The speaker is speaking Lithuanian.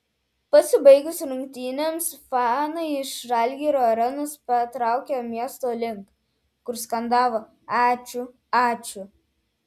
pasibaigus rungtynėms fanai iš žalgirio arenos patraukė miesto link kur skandavo ačiū ačiū